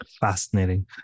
Fascinating